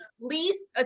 least